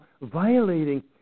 violating